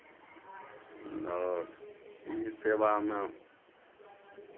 आओर ई सेवामे